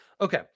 Okay